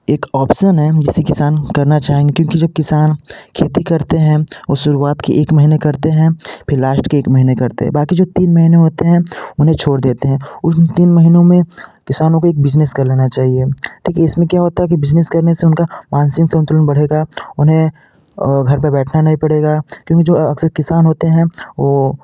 एक ऑप्सन है जिसे किसान करना चाहेंगे क्यूोंकि जब किसान खेती करते हैं वो शुरुआत के एक महीने करते हैं फिर लाष्ट के एक महीने करते है बाकी जो तीन महीने होते हैं उन्हें छोड़ देते हैं उन तीन महीनों में किसानों को एक बिजनेस कर लेना चाहिए क्यूंकि इसमें क्या होता है कि बिज़नेस करने से उनका मानसिक संतुलन बढ़ेगा उन्हें घर पे बैठना नहीं पड़ेगा क्योंकि जो अक्सर किसान होते हैं वो